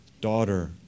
daughter